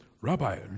Rabbi